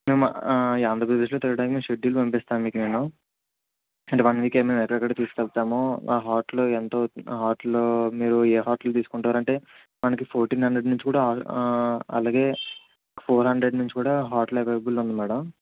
ఈ ఆంధ్రప్రదేశ్ లో తిరగడానికి షెడ్యూల్ పంపిస్తాను మీకు నేను వన్ వీక్లో ఎక్కడ ఎక్కడ తీసుకెళతామో ఆ హోటల్ ఎంత అవుతుందో ఆ హోటల్ మీరు ఏ హోటల్ తీసుకుంటారు అంటే మనకి ఫోర్టీన్ హండ్రడ్ అలాగే ఫోర్ హండ్రడ్ నుంచి కూడా హోటల్ అవైలబుల్లో ఉంది మేడం